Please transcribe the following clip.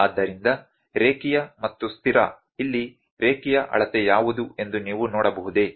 ಆದ್ದರಿಂದ ರೇಖೀಯ ಮತ್ತು ಸ್ಥಿರ ಇಲ್ಲಿ ರೇಖೀಯ ಅಳತೆ ಯಾವುದು ಎಂದು ನೀವು ನೋಡಬಹುದೇ